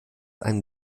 einem